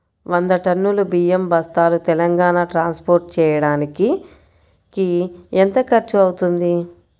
వంద టన్నులు బియ్యం బస్తాలు తెలంగాణ ట్రాస్పోర్ట్ చేయటానికి కి ఎంత ఖర్చు అవుతుంది?